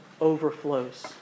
overflows